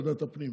את ועדת הפנים.